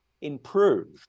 improved